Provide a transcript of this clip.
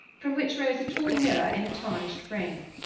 from which rose a tall mirror in a tarnished frame.